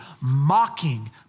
mocking